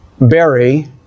berry